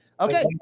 Okay